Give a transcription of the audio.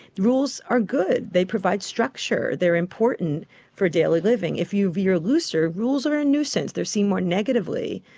rules are good, they provide structure, they are important for daily living. if you veer looser, rules are a nuisance, there seen more negatively.